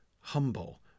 humble